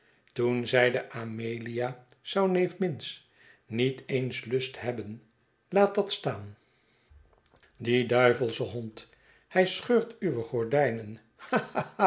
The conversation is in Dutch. toen zeide amelia zou neef minns niet eens lust hebben laat dat staan die duivelsche hond hij scheurt uwe gordijnen